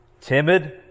Timid